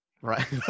right